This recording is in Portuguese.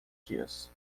dias